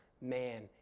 man